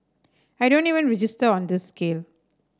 I don't even register on this scale